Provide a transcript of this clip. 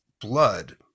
blood